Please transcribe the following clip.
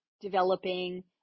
developing